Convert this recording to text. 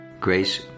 Grace